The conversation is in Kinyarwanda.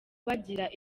bagira